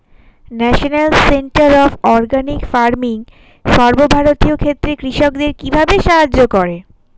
National centre of organic farming সর্বভারতীয় ক্ষেত্রে কৃষকদের কিভাবে সাহায্য করে?